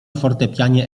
fortepianie